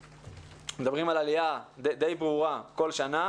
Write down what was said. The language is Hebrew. מדברים על עלייה די ברורה בכל שנה,